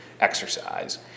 exercise